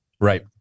right